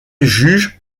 juge